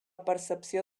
percepció